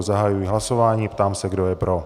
Zahajuji hlasování a ptám se, kdo je pro.